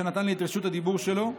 שנתן לי את רשות הדיבור שלו במקומו,